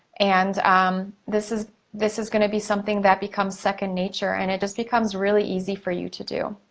and um this is this is gonna be something that becomes second nature, and it just becomes really easy for you to do.